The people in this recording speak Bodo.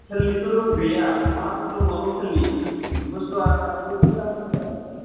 लकेलनिथ' रौ गैया मागुर दङ लकेलनि बस्थुआ बे एसे दाम जागोन